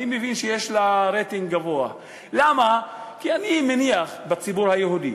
אני מבין שיש לה רייטינג גבוה בציבור היהודי.